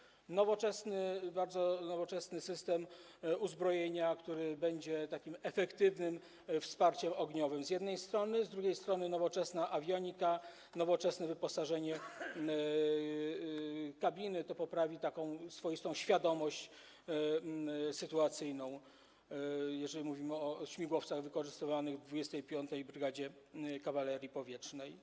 Z jednej strony nowoczesny, bardzo nowoczesny system uzbrojenia, który będzie takim efektywnym wsparciem ogniowym, z drugiej strony nowoczesna awionika, nowoczesne wyposażenie kabiny poprawią taką swoistą świadomość sytuacyjną, jeżeli mówimy o śmigłowcach wykorzystywanych w 25. Brygadzie Kawalerii Powietrznej.